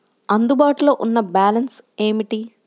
అందుబాటులో ఉన్న బ్యాలన్స్ ఏమిటీ?